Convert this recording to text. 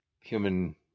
human